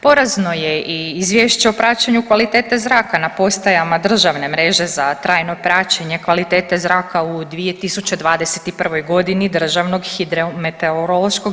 Porazno je i izvješće o praćenju kvalitete zraka na postajama državne mreže za trajno praćenje kvalitete zraka u 2021. godini DHMZ-a.